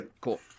Cool